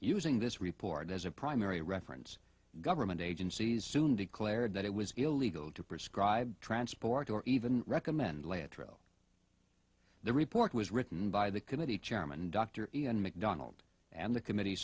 using this report as a primary reference government agencies soon declared that it was illegal to prescribe transport or even recommend lay a trail the report was written by the committee chairman dr ian macdonald and the committee